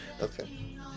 Okay